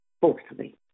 fourthly